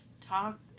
Talk